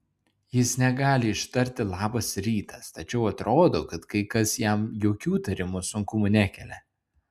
jis negali ištarti labas rytas tačiau atrodo kad kai kas jam jokių tarimo sunkumų nekelia